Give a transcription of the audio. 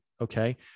Okay